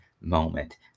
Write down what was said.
moment